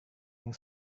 yang